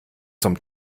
zum